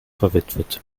verwitwet